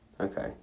Okay